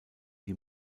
die